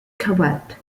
cobalt